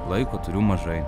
laiko turiu mažai